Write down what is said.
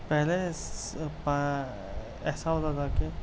پہلے ایسا ہوتا تھا کہ